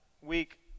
Week